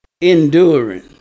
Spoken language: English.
enduring